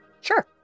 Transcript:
Sure